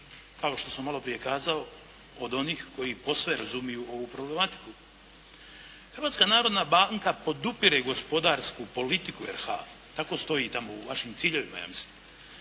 kao što sam malo prije kazao, od onih koji posve razumiju ovu problematiku. Hrvatska narodna banka podupire gospodarsku politiku RH, tako stoji tamo u vašim ciljevima ja mislim